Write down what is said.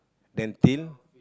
then till